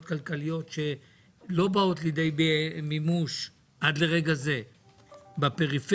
כלכליות שלא באות לידי מימוש עד לרגע זה בפריפריה,